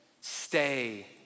stay